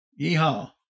Yeehaw